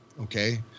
Okay